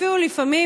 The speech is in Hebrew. אפילו לפעמים,